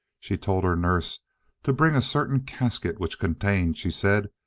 she told her nurse to bring a certain casket which contained, she said,